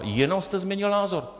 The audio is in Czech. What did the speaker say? Jenom jste změnil názor.